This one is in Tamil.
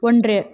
ஒன்று